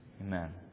Amen